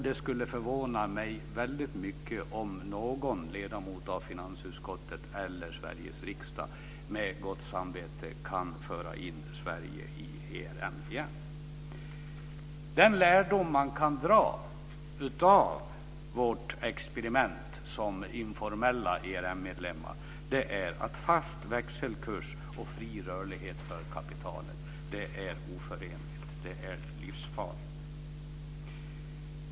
Det skulle förvåna mig väldigt mycket om någon ledamot av finansutskottet eller Sveriges riksdag med gott samvete kan föra in Den lärdom man kan dra av vårt experiment som informella ERM-medlemmar är att fast växelkurs och fri rörlighet för kapitalet är oförenliga. Det är livsfarligt.